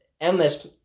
endless